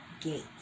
gate